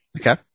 Okay